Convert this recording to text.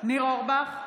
ניר אורבך,